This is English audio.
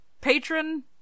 patron